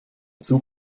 zug